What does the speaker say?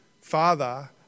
father